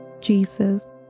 Jesus